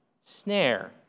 snare